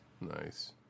Nice